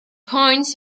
coins